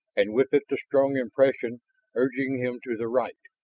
and with it the strong impression urging him to the right.